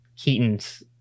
Keaton's